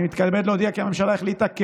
אני מתכבד להודיע כי הממשלה החליטה כדלקמן: